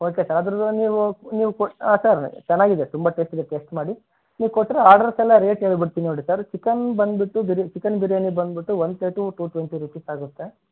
okay sir ಅದ್ರದು ನೀವು ನೀವು ಕೂಡ ಹಾಂ ಸರ್ ಚೆನ್ನಾಗಿದೆ ತುಂಬಾ ಟೇಸ್ಟ್ ಇದೆ ಟೆಸ್ಟ್ ಮಾಡಿ ನೀವು ಕೊಟ್ಟಿರೋ ಆರ್ಡರ್ಸ್ ಎಲ್ಲ ರೇಟ್ ಹೇಳಿಬಿಡ್ತೀನಿ ನೋಡಿ ಸರ್ ಚಿಕನ್ ಬಂದುಬಿಟ್ಟು ಚಿಕನ್ ಬಿರ್ಯಾನಿ ಬಂದುಬಿಟ್ಟು ಒಂದು ಪ್ಲೇಟ್ ಟೂ ಟ್ವೆಂಟಿ ರುಪಿಸ್ ಆಗುತ್ತೆ